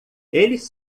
eles